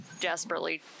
desperately